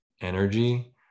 energy